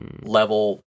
level